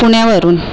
पुण्यावरून